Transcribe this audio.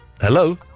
hello